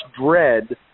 dread